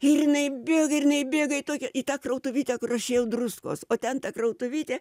ir jinai bėga ir jinai įbėga į tokią į tą krautuvytę kur aš ėjau druskos o ten ta krautuvytė